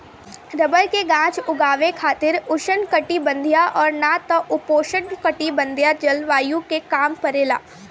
rubber के गाछ उगावे खातिर उष्णकटिबंधीय और ना त उपोष्णकटिबंधीय जलवायु के काम परेला